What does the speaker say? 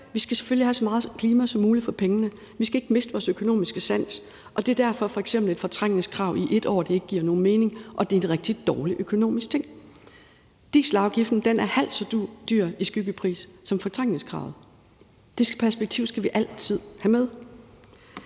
at vi selvfølgelig skal have så meget klima som muligt for pengene. Vi skal ikke miste vores økonomiske sans, og det er derfor, at f.eks. et fortrængningskrav i ét år ikke giver nogen mening, og det er en rigtig dårlig økonomisk ting. Dieselafgiften er halvt så dyr i skyggepris som fortrængningskravet. Det perspektiv skal vi altid have med.